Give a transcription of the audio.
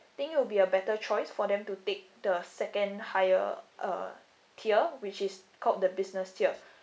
think it will be a better choice for them to take the second higher uh tier which is called the business tier